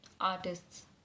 artists